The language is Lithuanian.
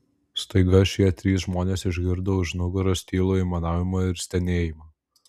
staiga šie trys žmonės išgirdo už nugaros tylų aimanavimą ir stenėjimą